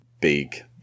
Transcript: big